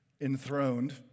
enthroned